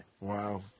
Wow